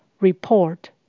Report